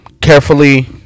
carefully